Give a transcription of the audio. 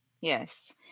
Yes